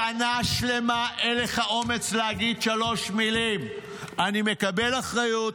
שנה שלמה אין לך אומץ להגיד שלוש מילים: אני מקבל אחריות,